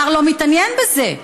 השר לא מתעניין בזה,